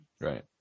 Right